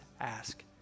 ask